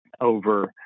over